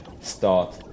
start